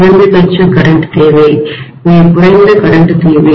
குறைந்தபட்ச மின்னோட்டம் கரண்ட் தேவை மிகக் குறைந்த மின்னோட்டம் கரண்ட் தேவை